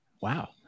Wow